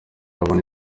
abandi